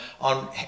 on